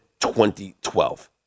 2012